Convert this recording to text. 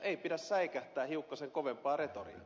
ei pidä säikähtää hiukkasen kovempaa rehtori ne